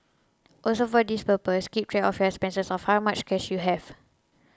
also for this purpose keep track of your expenses of how much cash you have